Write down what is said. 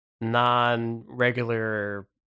non-regular